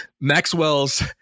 Maxwell's